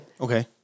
Okay